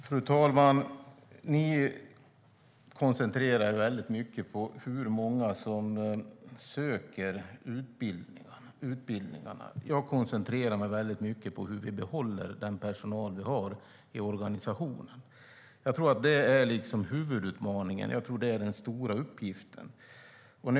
Fru talman! Ministern koncentrerar sig mycket på hur många som söker utbildningarna. Jag koncentrerar mig mycket på hur vi behåller den personal vi har i organisationen. Jag tror att det är huvudutmaningen. Jag tror att det är den stora uppgiften.